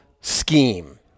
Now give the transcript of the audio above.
scheme